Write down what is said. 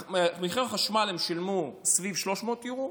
חשמל הם שילמו סביב 300 יורו,